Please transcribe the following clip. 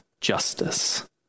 justice